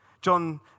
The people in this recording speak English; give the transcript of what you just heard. John